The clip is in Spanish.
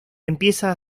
empieza